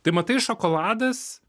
tai matai šokoladas